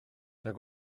nac